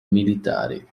militari